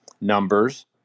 numbers